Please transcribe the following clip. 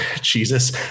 Jesus